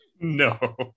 no